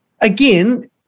again